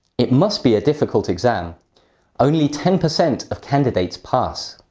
it must be a difficult exam only ten percent of candidates pass.